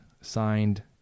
signed